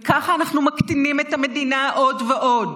וכך אנחנו מקטינים את המדינה עוד ועוד